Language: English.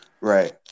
right